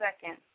second